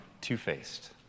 two-faced